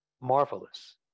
marvelous